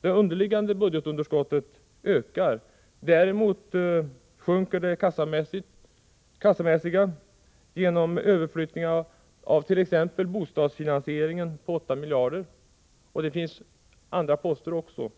Det underliggande budgetunderskottet ökar. Däremot sjunker det kassamässiga genom överflyttning av t.ex. bostadsfinansieringen på 8 miljarder, och det finns också andra sådana poster.